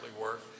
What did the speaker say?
work